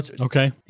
Okay